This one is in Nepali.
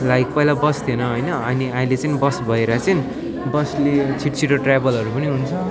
लाइक पहिला बस थिएन हैन अहिले चाहिँ बस भएर चाहिँ बसले छिटछिटो ट्र्याभलहरू पनि हुन्छ